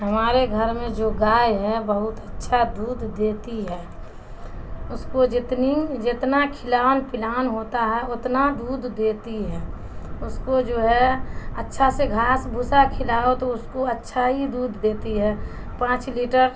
ہمارے گھر میں جو گائے ہے بہت اچھا دودھ دیتی ہے اس کو جتنی جتنا کھلا پلا ہوتا ہے اتنا دودھ دیتی ہے اس کو جو ہے اچھا سے گھاس بھسا کھلاؤ تو اس کو اچھا ہی دودھ دیتی ہے پانچ لیٹر